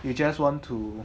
you just want to